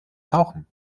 tauchen